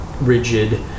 rigid